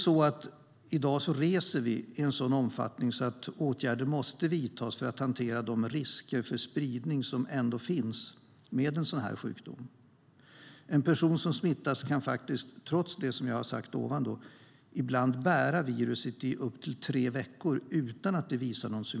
I dag reser vi i en sådan omfattning att åtgärder måste vidtas för att hantera de risker för spridning som ändå finns med en sådan här sjukdom. En person som har smittats kan faktiskt, trots det som jag har sagt, ibland bära viruset i upp till tre veckor utan att några symtom visas.